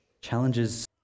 challenges